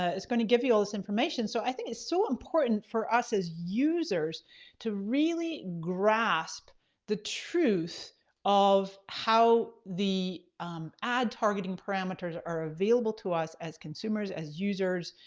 ah gonna give you all this information. so i think it's so important for us as users to really grasp the truth of how the ad targeting parameters are available to us as consumers, as users.